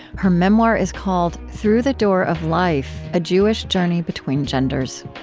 her memoir is called through the door of life a jewish journey between genders.